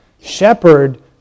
shepherd